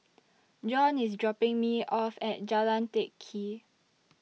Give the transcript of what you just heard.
John IS dropping Me off At Jalan Teck Kee